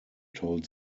told